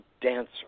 dancer